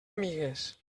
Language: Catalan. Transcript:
amigues